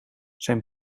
zijn